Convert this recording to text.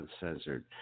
Uncensored